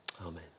Amen